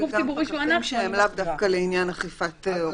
גופים שהם לאו דווקא לעניין אכיפת הוראות החוקים האלה.